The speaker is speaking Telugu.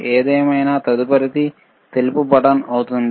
ఏదేమైనా తదుపరిది తెలుపు బటన్ అవుతుంది